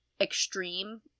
extreme